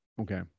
Okay